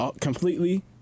Completely